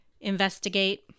investigate